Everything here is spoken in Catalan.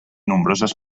nombroses